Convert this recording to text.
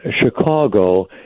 Chicago